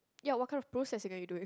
ya what kind of processing are you doing